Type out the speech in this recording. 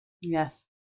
Yes